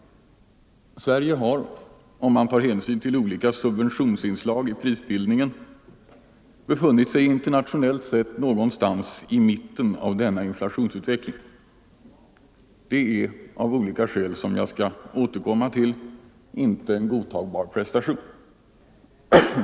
Sverige har, om man tar hänsyn till olika subventionsinslag i prisbildningen, befunnit sig internationellt sett någonstans i mitten av denna inflations utveckling vilket av olika skäl, som jag skall återkomma till, inte är en godtagbar prestation.